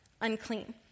unclean